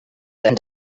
than